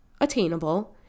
attainable